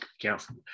careful